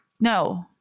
no